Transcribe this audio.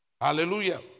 Hallelujah